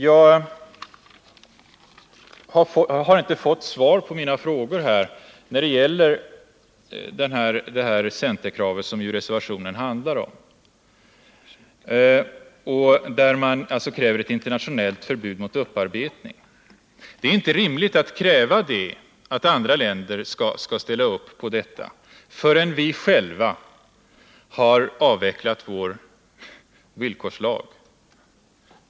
Jag har inte fått svar på mina frågor om det centerkrav reservationen handlar om, nämligen ett internationellt förbud mot upparbetning. Det är inte rimligt att kräva att andra länder skall ställa upp på detta förrän vi själva avvecklat vår villkorslag.